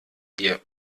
ihr